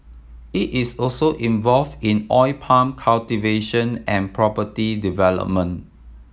it is also involve in oil palm cultivation and property development